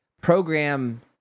program